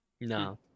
No